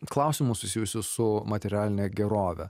klausimus susijusius su materialine gerove